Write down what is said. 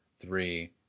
three